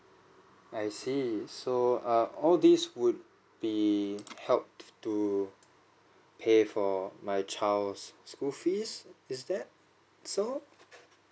I see so err all these would be helped to pay for my child's school fees is that so